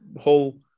whole